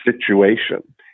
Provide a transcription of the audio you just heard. situation